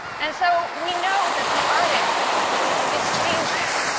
and so we know that the arctic is changing.